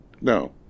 No